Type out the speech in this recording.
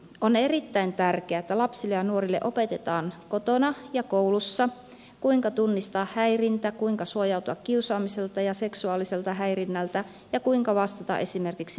on erittäin tärkeää että lapsille ja nuorille opetetaan kotona ja koulussa kuinka tunnistaa häirintä kuinka suojautua kiusaamiselta ja seksuaaliselta häirinnältä ja kuinka vastata esimerkiksi nettikiusaamiseen